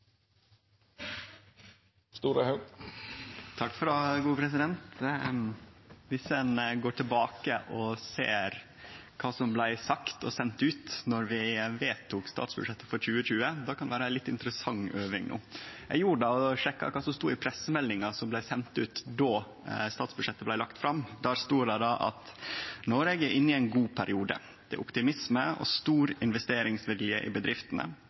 kva som blei sagt og sendt ut då vi vedtok statsbudsjettet for 2020, kan vere ei litt interessant øving. Eg gjorde det og sjekka kva som stod i pressemeldinga som blei send ut då statsbudsjettet blei lagt fram. Der stod det: «Norge er inne i en god periode. Det er optimisme og stor investeringsvilje i bedriftene.